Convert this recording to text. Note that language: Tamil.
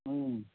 ம்